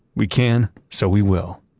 we can, so we will!